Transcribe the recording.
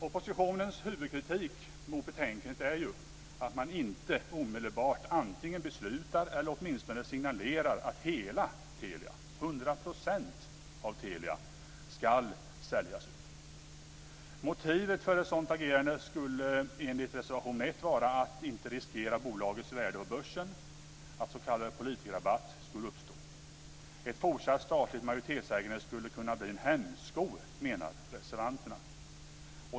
Oppositionens huvudkritik mot betänkandet är att man inte omedelbart antingen beslutar eller åtminstone signalerar att hela Telia, hundra procent av Telia, ska säljas ut. Motivet för ett sådant agerande skulle enligt reservation 1 vara att inte riskera bolagets värde på börsen, att s.k. politikerrabatt skulle uppstå. Ett fortsatt statligt majoritetsägande skulle kunna bli en hämsko, menar reservanterna.